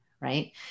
right